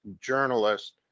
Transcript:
journalist